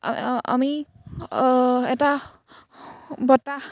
আমি এটা বতাহ